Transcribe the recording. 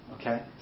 okay